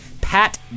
Pat